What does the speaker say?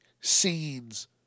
scenes